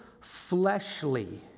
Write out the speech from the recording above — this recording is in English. fleshly